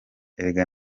erega